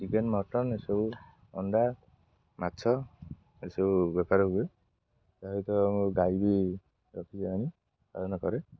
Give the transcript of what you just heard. chicken mutton ଏସବୁ ଅଣ୍ଡା ମାଛ ଏସବୁ ବେପାର ହୁଏ ତା ସହିତ ଆମ ଗାଈ ବି ରଖି ଆଣି ପାଳନ କରେ